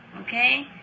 okay